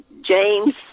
James